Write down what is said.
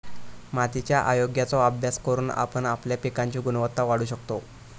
मातीच्या आरोग्याचो अभ्यास करून आपण आपल्या पिकांची गुणवत्ता वाढवू शकतव